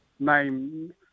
name